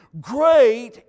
Great